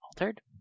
altered